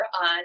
on